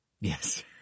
yes